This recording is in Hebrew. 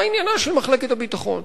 מה עניינה של מחלקת הביטחון?